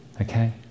Okay